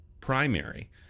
primary